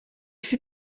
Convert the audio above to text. fut